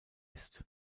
ist